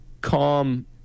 calm